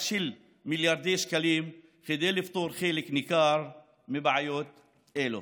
מיליארדי שקלים כדי לפתור חלק ניכר מבעיות אלו.